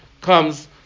comes